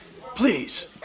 Please